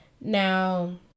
Now